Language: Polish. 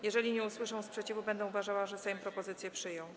Jeżeli nie usłyszę sprzeciwu, będę uważała, że Sejm propozycję przyjął.